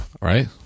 Right